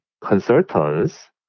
consultants